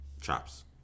chops